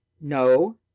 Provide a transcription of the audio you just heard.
no